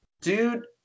Dude